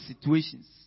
situations